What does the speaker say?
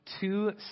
Two